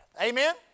Amen